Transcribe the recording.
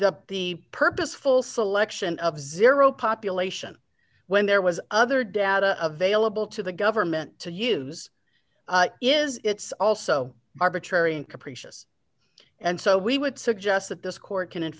the the purposeful selection of zero population when there was other data available to the government to use is it's also arbitrary and capricious and so we would suggest that this court can in